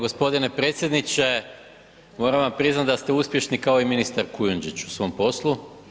Gospodine predsjedniče, moram vam priznati da ste uspješni kao i ministar Kujundžić u svom poslu.